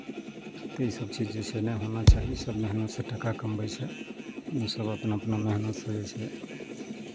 तऽ इसभ चीज जे छै नहि होना चाही सभ मेहनतसँ टाका कमबै छै ओसभ अपना अपना मेहनतसँ जे छै